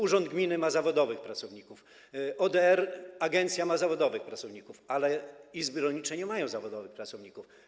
Urząd gminy ma zawodowych pracowników, ODR, agencja ma zawodowych pracowników, ale izby rolnicze nie mają zawodowych pracowników.